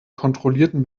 kontrollierten